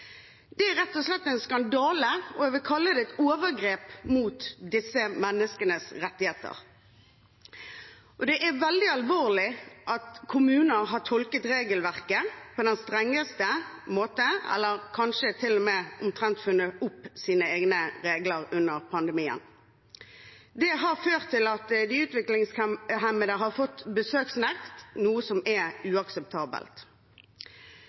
Det er rett og slett en skandale, og jeg vil kalle det et overgrep mot disse menneskenes rettigheter. Det er veldig alvorlig at kommuner har tolket regelverket på den strengeste måten, eller kanskje til og med omtrent funnet opp sine egne regler under pandemien. Det har ført til at de utviklingshemmede har fått besøksnekt, noe som er uakseptabelt.